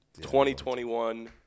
2021